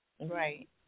Right